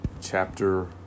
chapter